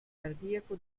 cardiaco